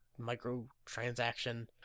microtransaction